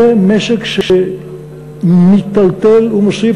זה משק שמיטלטל ומוסיף,